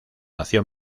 nació